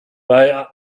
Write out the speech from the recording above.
bei